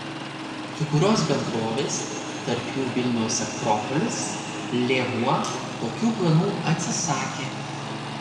kai kurios bendrovės tarp jų vilniaus akropolis lėvuo tokių planų atsisakė